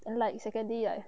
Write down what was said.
and like secondly I